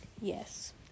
Yes